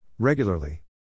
Regularly